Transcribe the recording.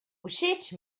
všeč